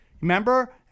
Remember